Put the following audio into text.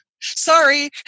sorry